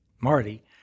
Marty